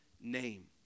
name